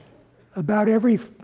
about every